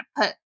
put